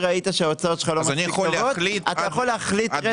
ראית שההוצאות שלך לא מספיק טובות אתה יכול להחליט רטרו.